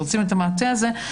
אנחנו רוצים את המעטה הזה.